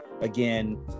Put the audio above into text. again